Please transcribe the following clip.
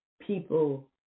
people